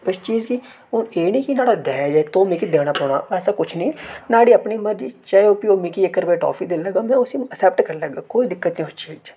इस चीज गी और एह् निं कि नुहाड़ा दाज ऐ ते ओह् मिकी देना पौना ऐसा किश निं नुहाड़ी अपनी मर्जी चाहे ओह् मिकी इक रपेऽ दी टाफी देई लैह्गा में उसी अक्सैप्ट करी लैह्गा कोई दिक्कत निं उस चीज दी